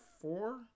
Four